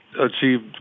achieved